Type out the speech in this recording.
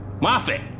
Moffat